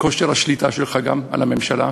כושר השליטה שלך גם על הממשלה,